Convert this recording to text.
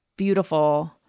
beautiful